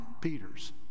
Peter's